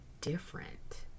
different